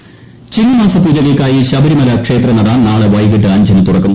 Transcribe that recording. ശബരിമല ചിങ്ങമാസ പൂജകൾക്കായി ശബരിമല ക്ഷേത്രനട നാളെ വൈകിട്ട് അഞ്ചിന് തുറക്കും